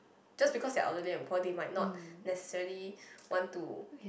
just because they are elderly and they might not necessarily want to